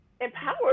empower